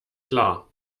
klar